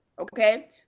okay